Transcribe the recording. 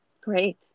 Great